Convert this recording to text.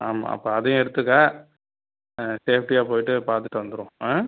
ஆமா அப்போ அதையும் எடுத்துக்கோ சேஃப்டியாக போய்ட்டு பார்த்துட்டு வந்துடுவோம்